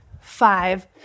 five